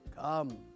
Come